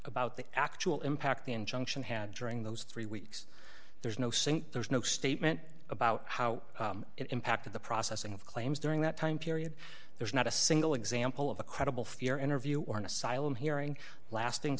about the actual impact the injunction had during those three weeks there's no saying there is no statement about how it impacted the processing of claims during that time period there's not a single example of a credible fear interview or an asylum hearing lasting